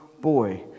boy